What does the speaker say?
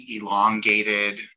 elongated